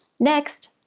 next,